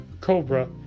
cobra